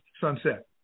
sunset